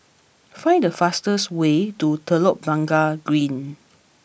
find the fastest way to Telok Blangah Green